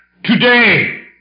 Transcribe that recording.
today